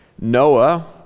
Noah